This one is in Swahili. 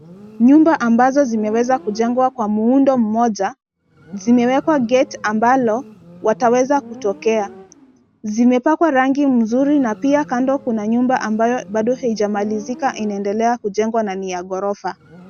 Nyumba ambazo zimeweza kujengwa kwa muundo mmoja zimewekwa gate ambalo wataweza kutokea. Zimepakwa rangi mzuri na pia kando kuna nyumba ambayo bado haijamalizika. Inaendelea kujengwa na ni ya ghorofa.